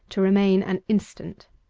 to remain an instant.